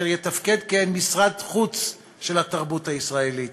אשר יתפקד כ"משרד חוץ" של התרבות הישראלית